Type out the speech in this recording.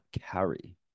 carry